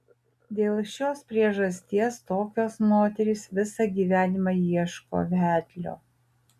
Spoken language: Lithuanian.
dėl šios priežasties tokios moterys visą gyvenimą ieško vedlio